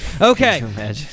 Okay